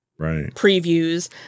previews